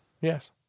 Yes